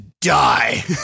die